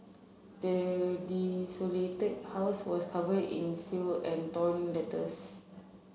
the desolated house was covered in feel and torn letters